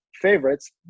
favorites